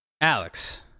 Alex